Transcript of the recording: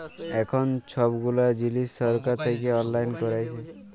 এখল ছব গুলা জিলিস ছরকার থ্যাইকে অললাইল ক্যইরেছে